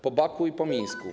Po Baku i po Mińsku.